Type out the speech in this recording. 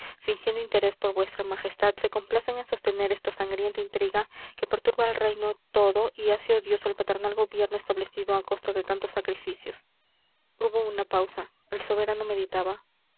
fingiendo interés por vuestra majestad se complacen en sostener esta sangrienta intriga que perturba el reino todo y hace odioso el paternal gobierno establecido a costa de tantos sacrificios hubo una pausa el soberano meditaba